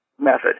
method